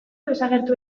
desagertu